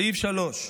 סעיף 3: